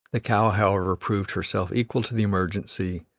the cow, however, proved herself equal to the emergency,